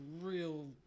real